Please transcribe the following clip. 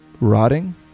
rotting